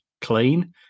clean